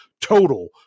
total